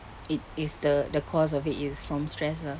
it is the the cause of it is from stress lah